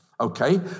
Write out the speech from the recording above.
Okay